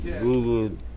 Google